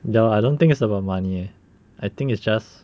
ya lah I don't think it's about money eh I think it's just